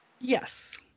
Yes